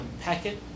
packet